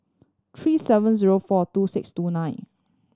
three seven zero four two six two nine